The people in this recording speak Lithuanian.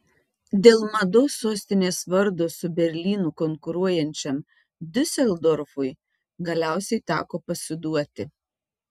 dėl mados sostinės vardo su berlynu konkuruojančiam diuseldorfui galiausiai teko pasiduoti